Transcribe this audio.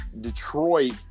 Detroit